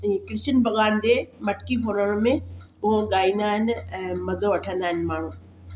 इहे कृष्न भॻवान जे मटकी फोणण में उहो ॻाईंदा आहिनि ऐं मज़ो वठंदा आहिनि माण्हू